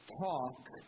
talk